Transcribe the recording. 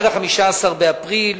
ועד 15 באפריל,